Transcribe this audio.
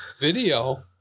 Video